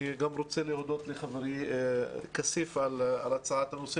אני גם רוצה להודות לחברי כסיף על הצעת הנושא,